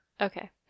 Okay